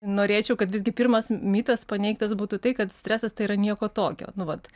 norėčiau kad visgi pirmas mitas paneigtas būtų tai kad stresas tai yra nieko tokio nu vat